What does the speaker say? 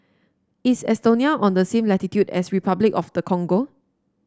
is Estonia on the same latitude as Repuclic of the Congo